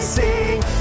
sing